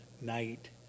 night